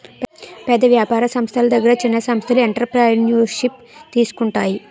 పెద్ద వ్యాపార సంస్థల దగ్గర చిన్న సంస్థలు ఎంటర్ప్రెన్యూర్షిప్ తీసుకుంటాయి